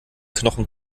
knochen